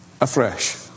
afresh